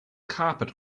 carpet